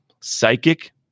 psychic